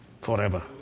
forever